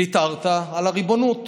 ויתרת על הריבונות